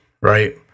right